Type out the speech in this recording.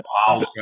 Wow